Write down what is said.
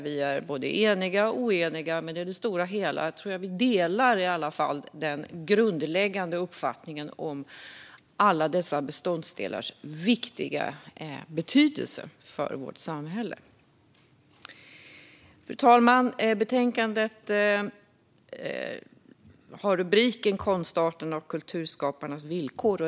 Vi är både eniga och oeniga, men i det stora hela tror jag att vi delar i alla fall den grundläggande uppfattningen om alla dessa beståndsdelars stora betydelse för vårt samhälle. Fru talman! Betänkandet har som sagt rubriken Konstarterna och kulturskaparnas villkor .